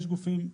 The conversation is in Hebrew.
יש גופים,